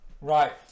Right